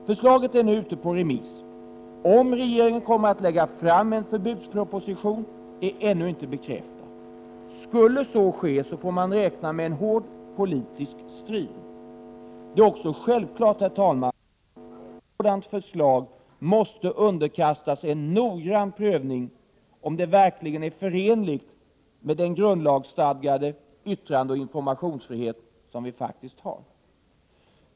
Förslaget är nu ute på remiss. Om regeringen kommer att lägga fram en 153 förbudsproposition är ännu inte bekräftat. Skulle så ske, får man räkna med 16 december 1987 en hård politisk strid. Det är också självklart, herr talman, att ett sådant förslag måste underkastas en noggrann prövning, om det verkligen är förenligt med den grundlagsstadgade yttrandeoch informationsfrihet som vi faktiskt har.